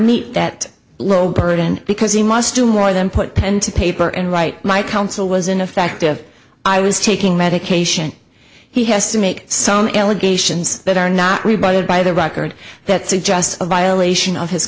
meet that low burden because he must do more than put pen to paper and write my counsel was ineffective i was taking medication he has to make some elevations that are not rebutted by the record that suggests